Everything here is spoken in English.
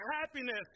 happiness